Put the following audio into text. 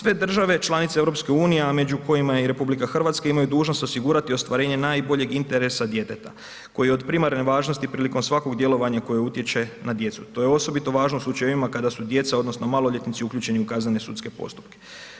Sve države članice EU-a a među kojima je i RH, imaju dužnost osigurati ostvarenje najboljeg interesa djeteta koji je od primarne važnosti prilikom svakog djelovanja koje utječe na djecu, to je osobito važno u slučajevima kada su djeca odnosno maloljetnici uključeni u kaznene sudske postupke.